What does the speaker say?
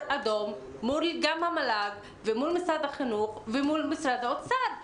אדום גם מול המל"ג ומול משרד החינוך ומול משרד אוצר.